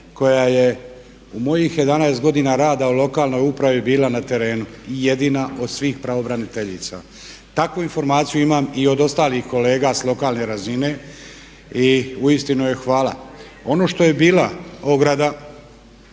koja je u mojih 11 godina rada u lokalnoj upravi bila na terenu, jedina od svih pravobraniteljica. Takvu informaciju imam i od ostalih kolega sa lokalne razine i uistinu joj hvala. Ono što je bila ograda,